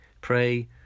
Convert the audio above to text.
pray